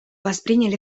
восприняли